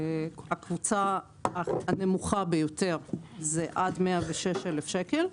הקבוצה הנמוכה ביותר היא עד 106,000 שקל.